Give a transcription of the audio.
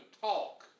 talk